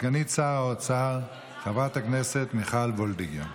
סגנית שר האוצר חברת הכנסת מיכל וולדיגר.